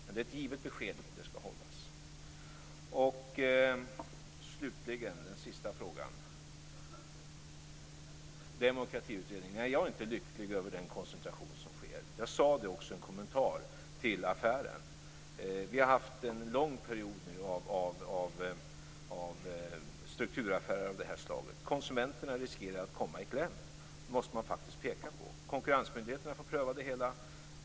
Men det är ett givet besked och det skall hållas. Slutligen den sista frågan om Demokratiutredningen. Nej, jag är inte lycklig över den koncentration som sker. Jag sade det också i en kommentar till affären. Vi har nu haft en lång period av strukturaffärer av det här slaget. Konsumenterna riskerar att komma i kläm, och det måste man faktiskt peka på. Konkurrensmyndigheterna får pröva det hela.